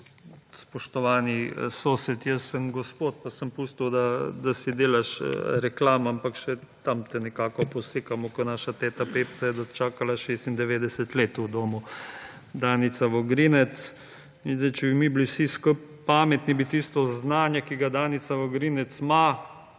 Spoštovani sosed, jaz sem gospod, pa sem pustil, da si delaš reklamo, ampak še tam te nekako posekamo ko naša teta Pepca je dočakala 96 let v domu Danica Vogrinec. In če bi mi bili vsi skupaj pametni bi tisto znanje, ki ga Danica Vogrinec ima,